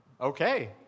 okay